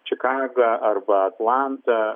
čikaga arba atlanta